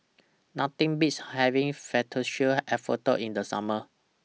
Nothing Beats having Fettuccine Alfredo in The Summer